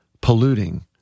polluting